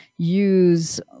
use